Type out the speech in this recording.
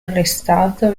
arrestato